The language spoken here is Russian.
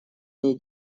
ней